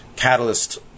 Catalyst